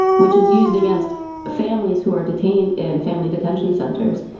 which is used against families who are detained in family detention centers.